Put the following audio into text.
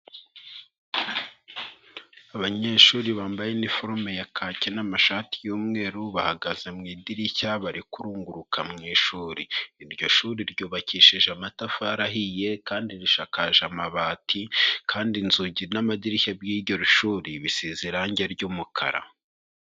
Abanyeshuri bambaye iniforume ya kake n'amashati y'umweru, bahagaze mu idirishya bari kurunguruka mu ishuri, iryo shuri ryubakishije amatafari ahiye kandi rishakaje amabati, kandi inzugi n'amadirishya by'iryo shuri bisize irange ry'umukara.